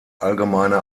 allgemeine